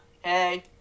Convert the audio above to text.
Hey